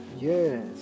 Yes